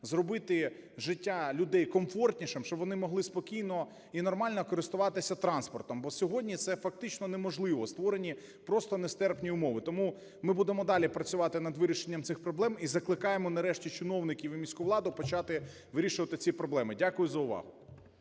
зробити життя людей комфортнішим, щоб вони могли спокійно і нормально користуватися транспортом, бо сьогодні це фактично неможливо, створені просто нестерпні умови. Тому ми будемо далі працювати над вирішенням цих проблем, і закликаємо нарешті чиновників і міську владу почати вирішувати ці проблеми. Дякую за увагу.